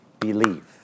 Believe